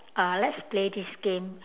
uh let's play this game